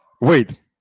wait